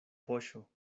poŝo